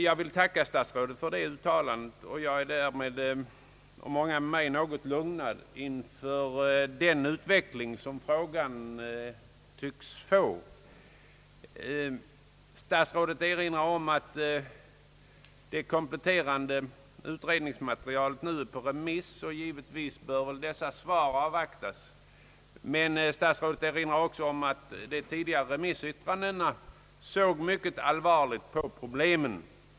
Jag vill tacka statsrådet för det uttalandet, och jag och många med mig är därmed något lugnade inför den utveckling som frågan tycks få. Statsrådet erinrar om att det kompletterande utredningsmaterialet är på remiss, och givetvis bör svaren avvaktas. Men statsrådet erinrar också om att de tidigare remissyttrandena såg mycket allvarligt på problemen.